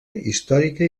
històrica